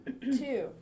Two